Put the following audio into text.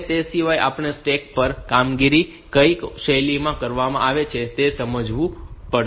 હવે તે સિવાય આપણે સ્ટેક પર આ કામગીરી કઈ શૈલીમાં કરવામાં આવે છે તે સમજવું પડશે